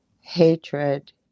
hatred